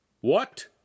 What